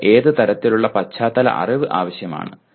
നിങ്ങൾക്ക് ഏത് തരത്തിലുള്ള പശ്ചാത്തല അറിവ് ആവശ്യമാണ്